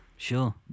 Sure